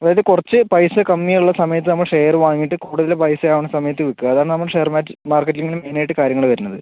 അതായത് കുറച്ച് പൈസ കമ്മിയുള്ള സമയത്ത് നമ്മൾ ഷെയർ വാങ്ങിയിട്ട് കൂടുതൽ പൈസ ആവുന്ന സമയത്ത് വിൽക്കുക അതാണ് ഷെയർ മാറ്റ് മാർക്കറ്റിംഗിൽ മെയിൻ ആയിട്ട് കാര്യങ്ങൾ വരുന്നത്